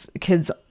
kids